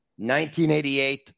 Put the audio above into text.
1988